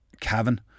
Cavan